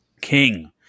King